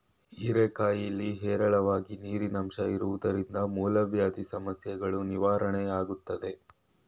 ಹೀರೆಕಾಯಿಲಿ ಹೇರಳವಾಗಿ ನೀರಿನಂಶ ಇರೋದ್ರಿಂದ ಮೂಲವ್ಯಾಧಿ ಸಮಸ್ಯೆಗಳೂ ನಿವಾರಣೆಯಾಗ್ತದೆ